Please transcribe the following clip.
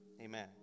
amen